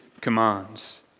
commands